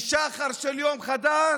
בשחר של יום חדש,